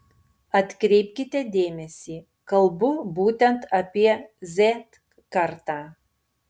atkreipkite dėmesį kalbu būtent apie z kartą